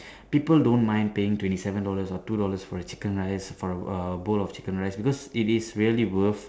people don't mind paying twenty seven dollars or two dollars for the chicken rice for a bowl of chicken rice because it is really worth